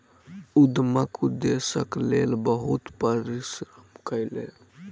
उद्यमक उदेश्यक लेल ओ बहुत परिश्रम कयलैन